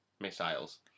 missiles